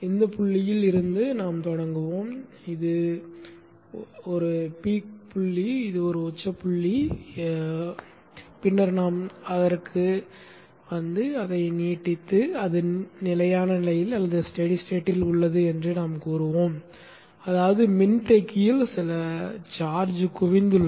இந்த புள்ளியில் இருந்து தொடங்குவோம் இந்த உச்ச புள்ளி ஒரு குறிப்பு பின்னர் நாம் மீண்டும் அதற்கு வந்து அதை நீட்டித்து அது நிலையான நிலையில் உள்ளது என்று கூறுவோம் அதாவது மின்தேக்கியில் சில சார்ஜ் குவிந்துள்ளது